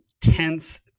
tense